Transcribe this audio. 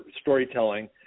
storytelling